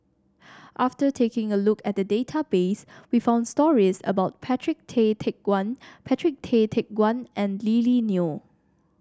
after taking a look at the database we found stories about Patrick Tay Teck Guan Patrick Tay Teck Guan and Lily Neo